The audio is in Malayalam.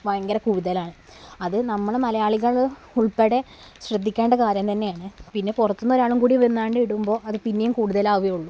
ഭയങ്കര കൂടുതലാണ് അത് നമ്മളെ മലയാളികൾ ഉൾപ്പെടെ ശ്രദ്ധിക്കേണ്ട കാര്യം തന്നെയാണ് പിന്നെ പുറത്തു നിന്ന് ഒരാളും കൂടി വന്നു കൊണ്ട് ഇടുമ്പോൾ അത് പിന്നേയും കൂടുതലാവുകയേ ഉള്ളു